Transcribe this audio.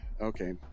Okay